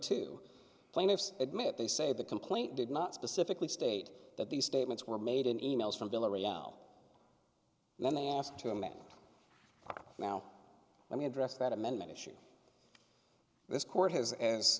two plaintiff's admit they say the complaint did not specifically state that these statements were made in e mails from villareal and then they ask to amend now let me address that amendment issue this court has as